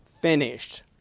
finished